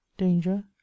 danger